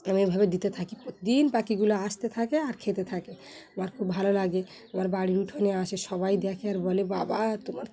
আমি ওভাবে দিতে থাকি প্রতিদিন পাখিগুলো আসতে থাকে আর খেতে থাকে আমার খুব ভালো লাগে আমার বাড়ির উঠোনে আসে সবাই দেখে আর বলে বাবা তোমার